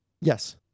Yes